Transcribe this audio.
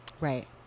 Right